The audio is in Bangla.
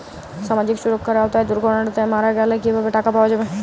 সামাজিক সুরক্ষার আওতায় দুর্ঘটনাতে মারা গেলে কিভাবে টাকা পাওয়া যাবে?